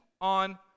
on